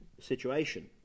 situation